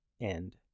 end